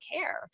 care